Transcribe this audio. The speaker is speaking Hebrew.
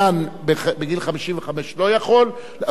בן 20, בן 55 הוא צריך לקבל פנסיה.